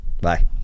Bye